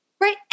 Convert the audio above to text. Right